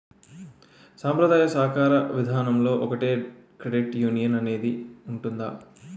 సాంప్రదాయ సాకార విధానంలో ఒకటే క్రెడిట్ యునియన్ అనేది